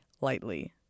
lightly